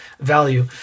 value